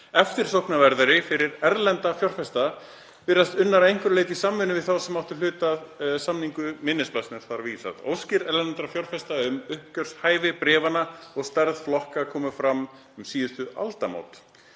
eftirsóknarverðari fyrir erlenda fjárfesta virðast unnar að einhverju leyti í samvinnu við þá sem hlut áttu að samningu minnisblaðsins. Óskir erlendra fjárfesta um uppgjörshæfi bréfanna og stærð flokka komu fram um síðustu aldamót.“